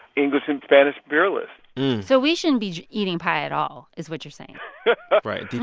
english and spanish imperialists so we shouldn't be eating pie at all is what you're saying right,